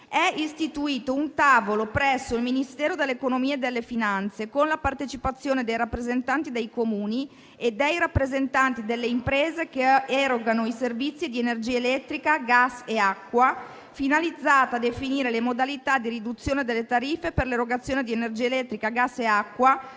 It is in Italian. è istituito un Tavolo presso il Ministero dell'economia e delle finanze, con la partecipazione dei rappresentanti dei Comuni e dei rappresentanti delle imprese che erogano i servizi di energia elettrica, gas e acqua, finalizzata a definire le modalità di riduzione delle tariffe per l'erogazione di energia elettrica, gas e acqua,